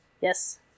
Yes